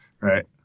Right